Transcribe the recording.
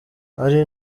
hari